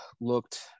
looked